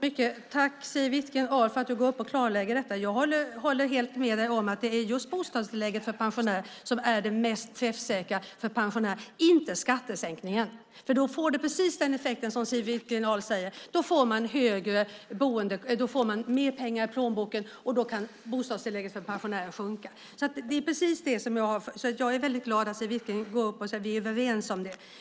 Herr talman! Tack, Siw Wittgren-Ahl, för att du går upp och klarlägger detta. Jag håller helt med dig om att det är just bostadstillägget för pensionärer som är det mest träffsäkra för pensionärer och inte skattesänkningen. Det får precis den effekt som Siw Wittgren-Ahl säger. Då får man mer pengar i plånboken, och då kan bostadstillägget för pensionärer sjunka. Jag är väldigt glad över att Siw Wittgren-Ahl går upp och säger att vi är överens om det.